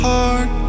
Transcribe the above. Heart